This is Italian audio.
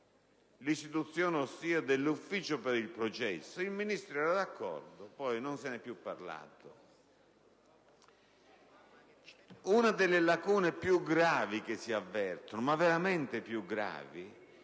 l'istituzione dell'ufficio per il processo; il Ministro era d'accordo, poi non se ne è più parlato. Una delle lacune più gravi che si avvertono - veramente tra le più gravi,